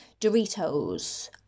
Doritos